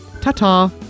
ta-ta